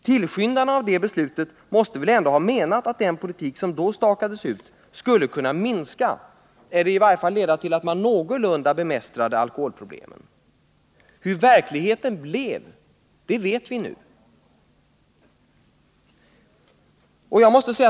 Tillskyndarna av det beslutet måste väl ändå ha menat att den politik som då stakades ut skulle kunna minska eller i varje fall leda till att vi någorlunda skulle kunna bemästra alkoholproblemen. Hur verkligheten blev, det vet vi nu.